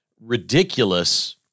ridiculous